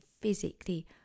physically